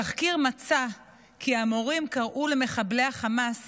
התחקיר מצא כי המורים קראו למחבלי החמאס